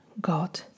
God